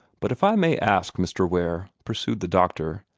but if i may ask, mr. ware, pursued the doctor,